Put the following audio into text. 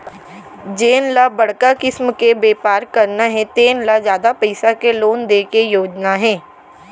जेन ल बड़का किसम के बेपार करना हे तेन ल जादा पइसा के लोन दे के योजना हे